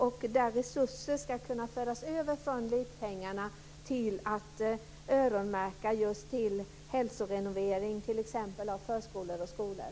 Det innebär att resurser ska kunna föras över från LIP-pengarna och öronmärkas just till hälsorenovering av t.ex. förskolor och skolor.